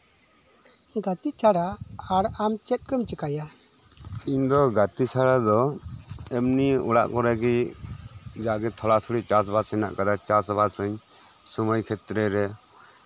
ᱜᱟᱛᱮᱜ ᱪᱷᱟᱲᱟ ᱟᱨ ᱟᱢ ᱪᱮᱫ ᱠᱚᱢ ᱪᱤᱠᱟᱭᱟ ᱤᱧ ᱫᱚ ᱜᱟᱛᱮ ᱪᱷᱟᱲᱟ ᱫᱚ ᱡᱟᱜᱮ ᱛᱷᱚᱲᱟ ᱛᱷᱚᱲᱟ ᱚᱲᱟᱜᱨᱮ ᱪᱟᱥᱼᱵᱟᱥ ᱢᱮᱱᱟᱜ ᱠᱟᱫᱟ ᱪᱟᱥᱼᱵᱟᱥ ᱟᱹᱧ ᱥᱚᱢᱚᱭ ᱠᱷᱮᱛᱨᱮ ᱨᱮ